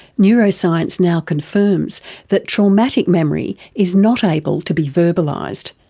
neuroscience now confirms that traumatic memory is not able to be verbalised,